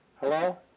Hello